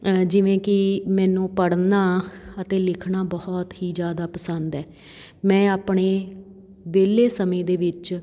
ਜਿਵੇਂ ਕਿ ਮੈਨੂੰ ਪੜ੍ਹਨਾ ਅਤੇ ਲਿਖਣਾ ਬਹੁਤ ਹੀ ਜ਼ਿਆਦਾ ਪਸੰਦ ਹੈ ਮੈਂ ਆਪਣੇ ਵਿਹਲੇ ਸਮੇਂ ਦੇ ਵਿੱਚ